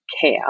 care